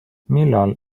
millal